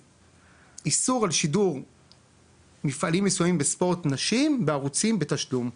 איסור על שידור מפעלים מסוימים בספורט נשים בערוצים בתשלום,